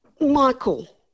Michael